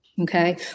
Okay